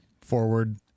forward